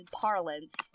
parlance